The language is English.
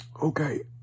Okay